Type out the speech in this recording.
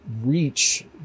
reach